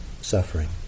suffering